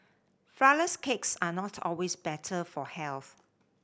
flour less cakes are not always better for health